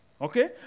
Okay